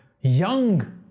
young